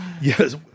Yes